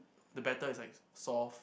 the batter is like soft